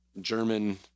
german